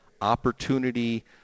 opportunity